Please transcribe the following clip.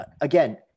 Again